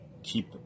keep